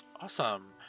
awesome